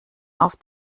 auf